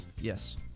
Yes